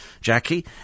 Jackie